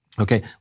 Okay